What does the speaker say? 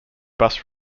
bus